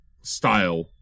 style